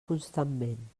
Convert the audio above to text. constantment